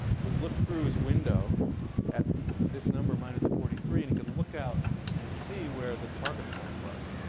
would look through his window at this number, minus forty three, and he could look out and see where the target point was.